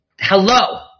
Hello